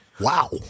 Wow